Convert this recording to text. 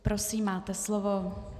Prosím, máte slovo.